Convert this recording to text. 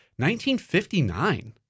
1959